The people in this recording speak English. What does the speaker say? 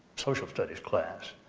social studies class,